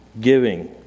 Giving